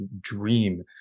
dream